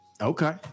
Okay